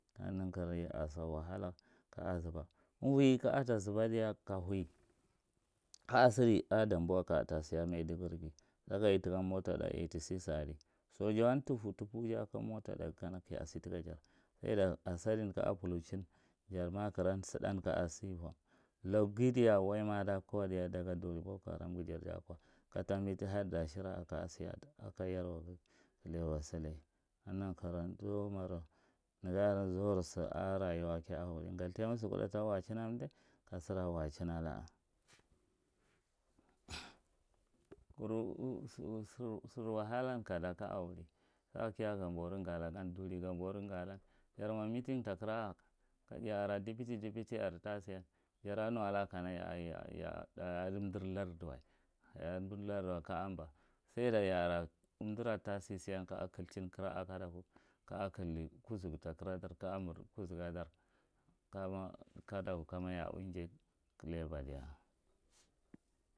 ya a sawahala ka a zaba, umvoy ka ata zuba diya ka houwi ka a sidi a danboa ka e tasiye a maiduguri sakan atheka mota tha eithty sige adi sojawa thufu thoufoge aka mota tha kana ka a sinti jar a sadin kama fuluchin jar makiran sudan ka ya’a sivom, lakughi diya waima dakowai, diya daga duri koko haran jar jah ko kakabe hadda shira a ka siye ata a ko yenwa ghi ki le wa silay kanaghi nan karauwan zuwamarou neghi zuro sib a rayewa kda wula gathema sikuda ta wagachin akan umli ka gira wagachin ala a, kuru sur sir wahalan kada kaya a widi saka a ngharboru, ngala, duri ganboru reghala jar mo meeting ta kira a ya ara duputy, duputy ar tasisiyan jarama ala a kana yaamdir lardiwe ya amdir lardiwe ka amba sada ya are umdira tasisiyan kaya’a kilchin kira a kadaku kajamu redi kuzuga dar kama ya auye jay kilaba.